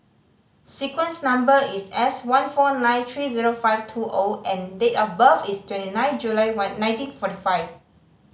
sequence number is S one four nine three zero five two O and date of birth is twenty nine July one nineteen forty five